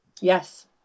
Yes